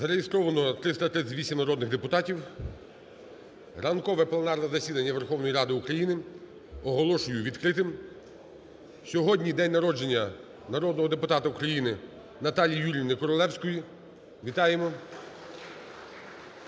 Зареєстровано 338 народних депутатів. Ранкове пленарне засідання Верховної Ради України оголошую відкритим. Сьогодні день народження народного депутата України Наталі ЮріївниКоролевської, вітаємо.